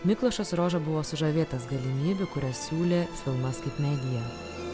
miklošas roža buvo sužavėtas galimybių kurias siūlė filmas kaip medija